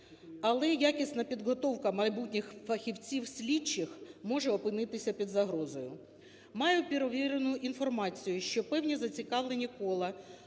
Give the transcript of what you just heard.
Але якісна підготовка майбутніх фахівців-слідчих може опинитися під загрозою. Маю перевірену інформацію, що певні зацікавлені кола